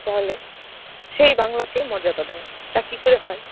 তাহলে সেই বাংলাকে মর্যাদা দেয় না তা কী করে হয়